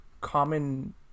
common